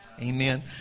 amen